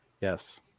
Yes